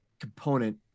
component